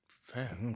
fair